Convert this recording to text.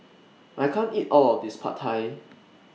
I can't eat All of This Pad Thai